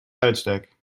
uitstek